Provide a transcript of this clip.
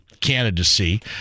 candidacy